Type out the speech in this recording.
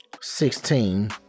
Sixteen